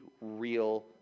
real